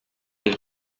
les